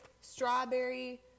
strawberry